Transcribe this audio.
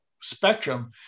spectrum